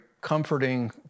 comforting